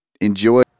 enjoy